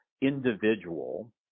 individual